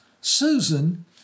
Susan